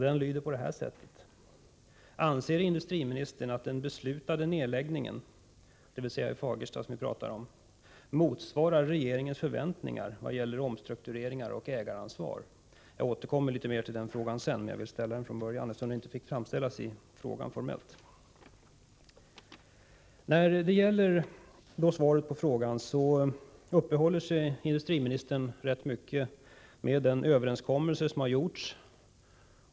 Den lyder: Anser industriministern att den beslutade nedläggningen — det gäller nedläggningen i Fagersta — motsvarar regeringens förväntningar vad gäller omstruktureringar och ägaransvar? Jag återkommer till den frågan senare, men jag ville återge den redan från början eftersom den inte fick framställas formellt i interpellationen. I interpellationssvaret uppehåller sig industriministern rätt mycket vid den överenskommelse som har gjorts.